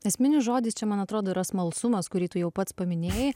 esminis žodis čia man atrodo yra smalsumas kurį tu jau pats paminėjai